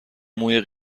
موی